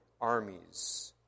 armies